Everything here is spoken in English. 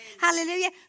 Hallelujah